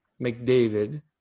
McDavid